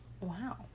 wow